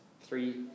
Three